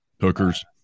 hookers